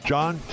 John